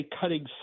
cutting